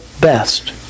best